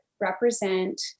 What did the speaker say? represent